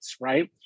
right